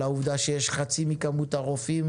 העובדה שיש חצי מכמות הרופאים,